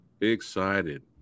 excited